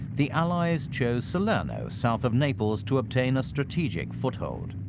the allies chose salerno south of naples to obtain a strategic foothold.